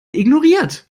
ignoriert